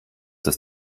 das